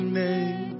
name